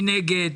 מי נגד?